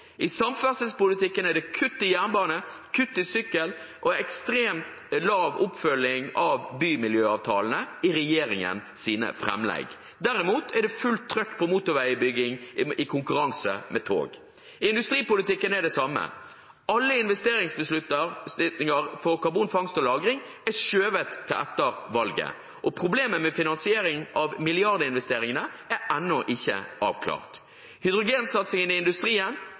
I samferdselspolitikken er det kutt i jernbane, kutt i sykkelveier og ekstremt lav oppfølging av bymiljøavtalene i regjeringens framlegg. Derimot er det fullt trykk på motorveibygging i konkurranse med tog. I industripolitikken er det det samme. Alle investeringsbeslutninger for karbonfangst og -lagring er skjøvet til etter valget. Problemet med finansiering av milliardinvesteringene er ennå ikke avklart. Når det gjelder hydrogensatsingen i industrien,